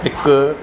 हिकु